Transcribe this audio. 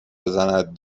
بزند